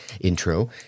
intro